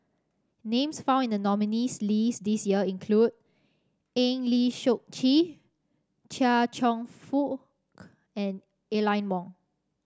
names found in the nominees' list this year include Eng Lee Seok Chee Chia Cheong Fook and Aline Wong